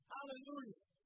Hallelujah